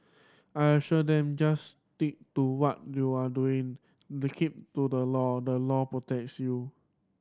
I assured them just stick to what you are doing the keep to the law the law protects you